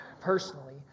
personally